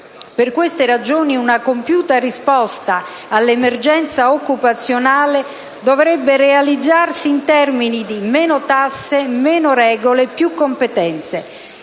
Per queste ragioni una compiuta risposta all'emergenza occupazionale dovrebbe realizzarsi in termini di meno tasse, meno regole, più competenze.